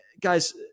guys